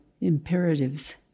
imperatives